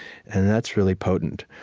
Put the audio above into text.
and that's really potent.